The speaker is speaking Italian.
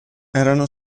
erano